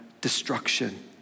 destruction